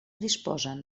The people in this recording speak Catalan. disposen